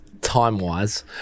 time-wise